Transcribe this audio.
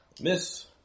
Miss